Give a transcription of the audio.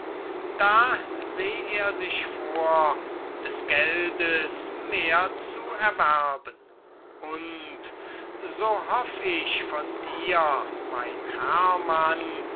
da seh er sich vor des geldes mehr zu erwerben und so hoff ich von dir mein hermann